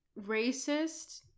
racist